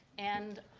and,